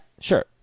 sure